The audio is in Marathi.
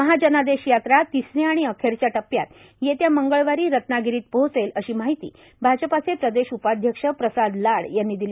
महाजनादेश यात्रा तिसऱ्या आणि अखेरच्या टप्प्यात येत्या मंगळवारी रत्नागिरीत पोहचेल अशी माहिती भाजपाचे प्रदेश उपाध्यक्ष प्रसाद लाड यांनी दिली